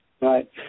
Right